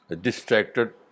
distracted